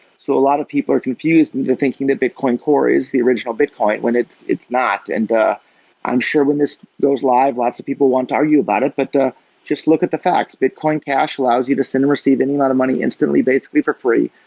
so a lot of people are confused into thinking that bitcoin core is the original bitcoin, when it's it's not. and i'm sure when this goes live, lots of people want to argue about it. but just look at the facts, bitcoin cash allows you to send and receive any amount of money instantly, basically for free,